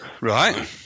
right